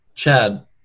Chad